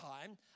time